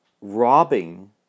robbing